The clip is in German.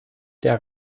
der